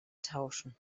tauschen